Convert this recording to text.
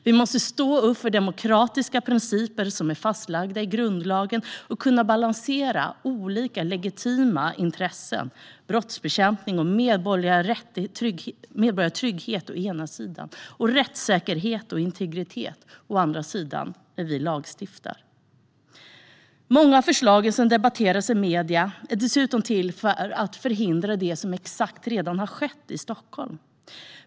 Vi måste stå upp för demokratiska principer som är fastslagna i grundlagen och kunna balansera olika legitima intressen - brottsbekämpning och medborgerlig trygghet å ena sidan och rättssäkerhet och integritet å andra sidan - när vi lagstiftar. Många av förslagen som debatteras i medierna är dessutom till för att förhindra exakt det som redan har skett i Stockholm.